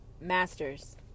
Masters